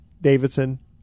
Davidson